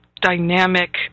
dynamic